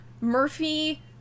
Murphy